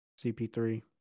cp3